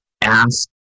Ask